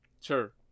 sure